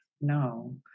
no